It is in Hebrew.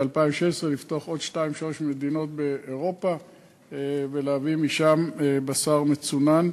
ב-2016 לפתוח עוד שתיים-שלוש מדינות מאירופה ולהביא משם בשר מצונן,